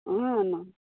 वएहे ने